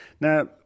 Now